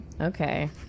Okay